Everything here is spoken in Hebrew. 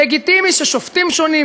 לגיטימי ששופטים שונים,